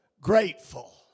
Grateful